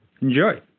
enjoy